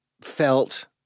felt